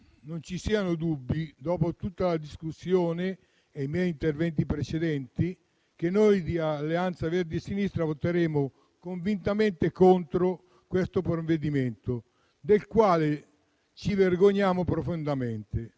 non vi siano dubbi, dopo tutta la discussione ed i miei interventi precedenti, che noi di Alleanza Verdi e Sinistra voteremo convintamente contro questo provvedimento, del quale ci vergogniamo profondamente.